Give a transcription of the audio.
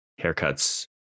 haircuts